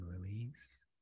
release